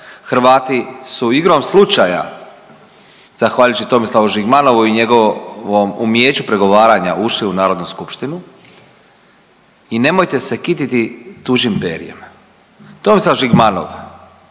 Hrvati su igrom slučaja, zahvaljujući Tomislavu Žigmanovu i njegovom umijeću pregovaranja ušli u Narodnu skupštinu i nemojte se kititi tuđim perjem. Tomislav Žigmanov